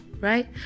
right